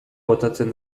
botatzen